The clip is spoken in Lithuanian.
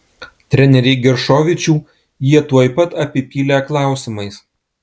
trenerį giršovičių jie tuoj pat apipylė klausimais